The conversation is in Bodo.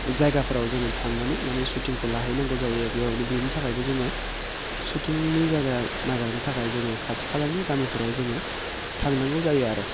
जायगाफोराव जोङो थांनानै माने सुटिंखौ लाहैनांगौ जायो बेयावनो बिनि थाखायबो जोङो सुटिंनि जायगा नागिरनो थाखाय जोङो खाथि खालानि गामिफोराव जोङो थांनांगौ जायो आरो